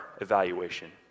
evaluation